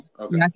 Okay